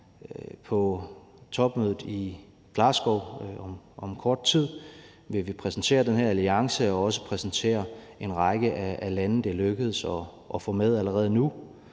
På topmødet i Glasgow om kort tid vil vi præsentere den her alliance og også præsentere en række af lande, det er lykkedes at få med allerede nu.